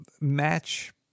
match